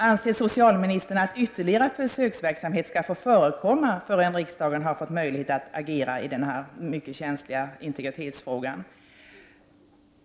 Anser socialministern att ytterligare försöksverksamhet skall förekomma före riksdagen haft möjlighet att agera i denna mycket känsliga integritetsfråga?